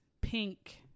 pink